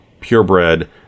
purebred